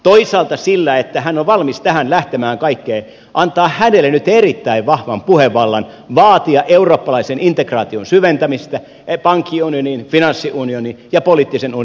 toisaalta se että hän on valmis lähtemään tähän kaikkeen antaa hänelle nyt erittäin vahvan puhevallan vaatia eurooppalaisen integraation syventämistä pankkiunionin finanssiunionin ja poliittisen unionin tielle